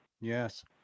Yes